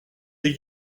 des